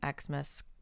xmas